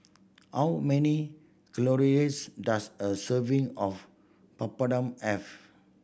how many calories does a serving of Papadum have